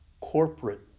corporate